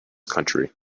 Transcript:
country